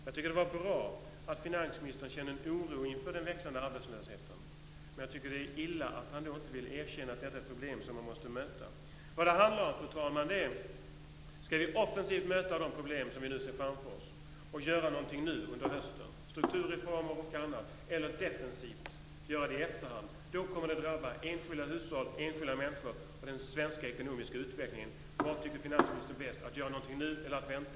Jag tycker att det är bra att finansministern känner oro inför den växande arbetslösheten. Men jag tycker att det är illa att han inte vill erkänna att detta är ett problem man måste möta. Vad det handlar om, fru talman, är om vi offensivt ska möta de problem vi ser framför oss och göra någonting nu under hösten - strukturreformer och annat - eller om vi defensivt ska göra det i efterhand. Då kommer det att drabba enskilda hushåll, enskilda människor och den svenska ekonomiska utvecklingen. Vad tycker finansministern är bäst, att göra någonting nu eller att vänta?